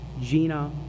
Gina